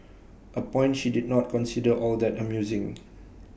A point she did not consider all that amusing